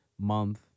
month